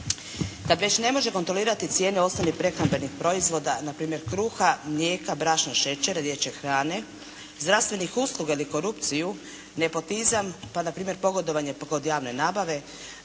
Kad već ne može kontrolirati cijene ostalih prehrambenih proizvoda npr. kruha, mlijeka, brašna, šećera, dječje hrane, zdravstvenih usluga ili korupciju, nepotizam, pa npr. pogodovanje kod javne nabave,